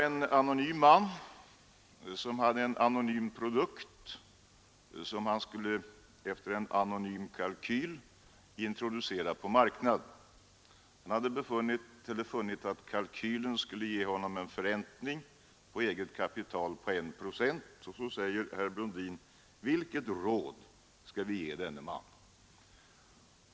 En anonym man hade en anonym produkt, som han efter en anonym kalkyl skulle introducera på marknaden, Han hade funnit att kalkylen skulle ge honom en förräntning på eget kapital med en procent. Herr Brundin frågar: Vilket råd skall vi ge denne man?